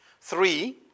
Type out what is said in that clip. Three